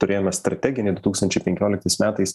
turėjome strateginį du tūkstančiai penkioliktais metais